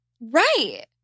Right